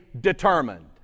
determined